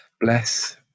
bless